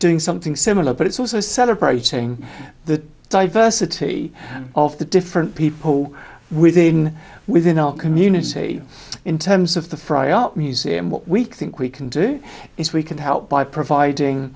doing something similar but it's also celebrating the diversity of the different people within within our community in terms of the fry art museum what we think we can do is we can help by providing